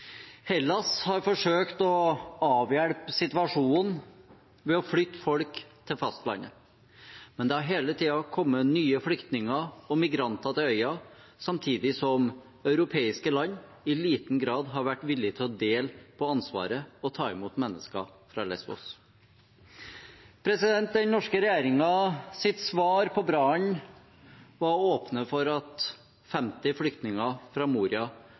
Hellas har forsøkt å avhjelpe situasjonen ved å flytte folk til fastlandet, men det har hele tiden kommet nye flyktninger og migranter til øya, samtidig som europeiske land i liten grad har vært villige til å dele på ansvaret og ta imot mennesker fra Lésvos. Den norske regjeringens svar på brannen var å åpne for at 50 flyktninger fra